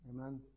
Amen